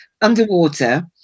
underwater